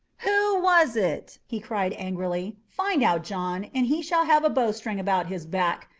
who was it? he cried angrily. find out, john, and he shall have a bowstring about his back.